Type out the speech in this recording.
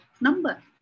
number